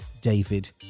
David